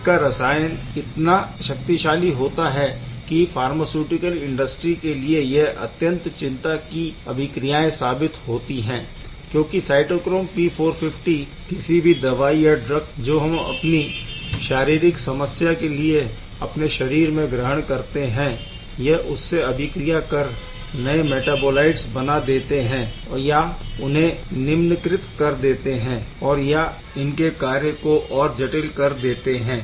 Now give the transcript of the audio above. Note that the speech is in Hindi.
इसका रसायन इतना शक्तिशाली होता है की फार्मास्यूटिकल इंडस्ट्री के लिए यह अत्यंत चिंता की अभिक्रियाएं साबित होती है क्योंकि साइटोक्रोम P450 किसी भी दवाई या ड्रग जो हम अपनी शारीरिक समस्या के लिए अपने शरीर में ग्रहण करते है यह उससे अभिक्रिया कर नए मैटाबोलाइट्स बना देते है या इन्हें निन्मीकृत कर देते है और या इनके कार्य को और जटिल कर देते है